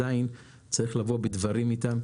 עדיין צריך לבוא בדברים איתם,